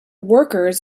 workers